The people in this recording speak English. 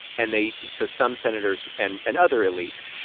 and they so some senators and and other elites,